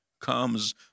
comes